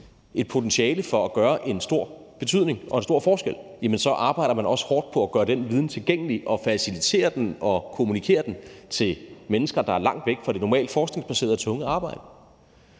et potentiale til at have en stor betydning og gøre en stor forskel, arbejder man også hårdt på at gøre den viden tilgængelig og facilitetere og kommunikere den til mennesker, der er langt væk fra det normale forskningsbaserede tunge arbejde.